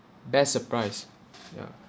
best surprise ya